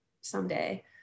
someday